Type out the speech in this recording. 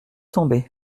tomber